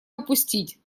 упустить